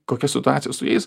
kokia situacija su jais